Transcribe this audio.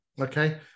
okay